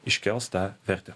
iškels tą vertę